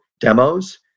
demos